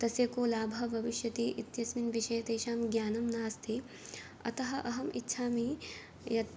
तस्य को लाभः भविष्यति इत्यस्मिन् विषये तेषां ज्ञानं नास्ति अतः अहम् इच्छामि यत्